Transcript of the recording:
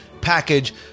package